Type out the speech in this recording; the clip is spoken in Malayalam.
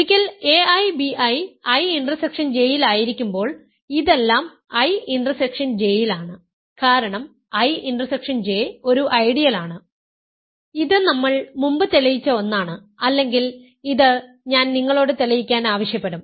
ഒരിക്കൽ ai bi I intersection J യിൽ ആയിരിക്കുമ്പോൾ ഇതെല്ലാം I ഇന്റർസെക്ഷൻയിൽ J യിലാണ് കാരണം I ഇന്റർസെക്ഷൻ J ഒരു ഐഡിയലാണ് ഇത് നമ്മൾ മുമ്പ് തെളിയിച്ച ഒന്നാണ് അല്ലെങ്കിൽ ഇത് ഞാൻ നിങ്ങളോട് തെളിയിക്കാൻ ഇത് ആവശ്യപ്പെടും